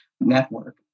network